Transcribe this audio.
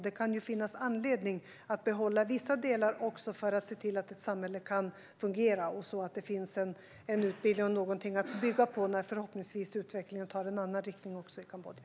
Det kan finnas anledning att behålla vissa delar för att se till att ett samhälle kan fungera och att det finns utbildning och något att bygga på när utvecklingen förhoppningsvis tar en annan riktning i Kambodja.